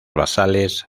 basales